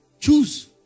Choose